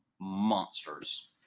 monsters